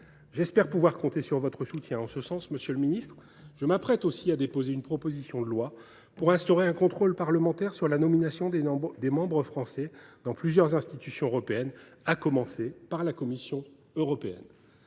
J’espère pouvoir compter sur votre soutien en ce sens, monsieur le ministre. Je m’apprête également à déposer une proposition de loi visant à instaurer un contrôle parlementaire sur la nomination des membres français dans plusieurs institutions européennes, à commencer par la Commission européenne.